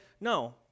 no